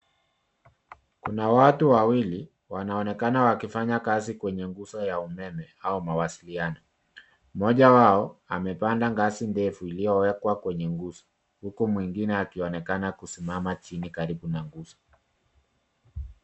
Kuna watu wawili wanaonekana wakifanya kazi kwenye nguzo ya umeme au mawasiliano. Mmoja wao amepanda ngazi ndefu iliyowekwa kwenye nguzo huku mwingine akionekana kusimama chini karibu na nguzo.